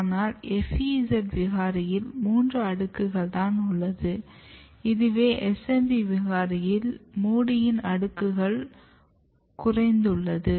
ஆனால் FEZ விகாரியில் மூன்று அடுக்குகள் தான் உள்ளது இதுவே SMB விகாரையில் மூடியின் அடுக்குகள் குறைந்துள்ளது